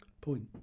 point